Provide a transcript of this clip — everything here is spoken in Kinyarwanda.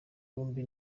bombi